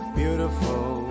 beautiful